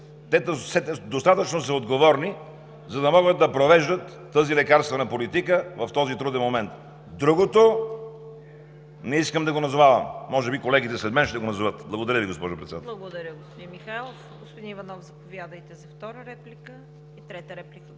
са достатъчно отговорни, за да могат да провеждат тази лекарствена политика в този труден момент. Другото не искам да го назовавам! Може би колегите след мен ще го назоват? Благодаря Ви, госпожо Председател. ПРЕДСЕДАТЕЛ ЦВЕТА КАРАЯНЧЕВА: Благодаря, господин Михайлов. Господин Иванов, заповядайте за втора реплика.